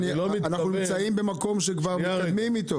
אנחנו נמצאים במקום שאנחנו כבר מתקדמים איתו.